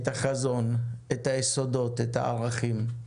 את החזון, את היסודות, את הערכים.